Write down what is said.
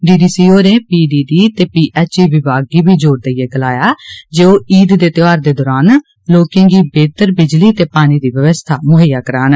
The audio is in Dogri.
डीडीसी होरें पीडीडी ते पीएचई विभाग गी बी जोर दकईए गलाया जे ओह ईद दे त्यौहार दे दोरान लोकें गी बेहतर बिजली ते पानी दी व्यवस्था मुहैयया करन